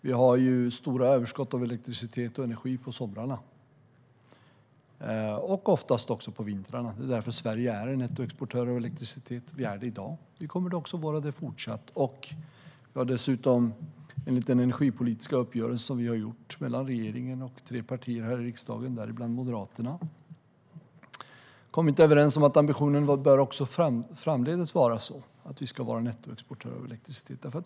Vi har stora överskott av elektricitet och energi på somrarna och oftast även på vintrarna. Det är därför Sverige är en nettoexportör av elektricitet. Vi är det i dag och kommer även fortsättningsvis att vara det. Vi har i den energipolitiska överenskommelsen mellan regeringen och tre av riksdagspartierna, däribland Moderaterna, kommit överens om att ambitionen även framdeles är att Sverige ska vara en nettoexportör av elektricitet.